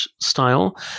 style